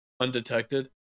undetected